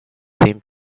seemed